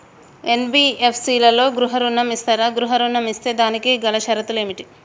NBFC లలో గృహ ఋణం ఇస్తరా? గృహ ఋణం ఇస్తే దానికి గల షరతులు ఏమిటి?